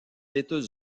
états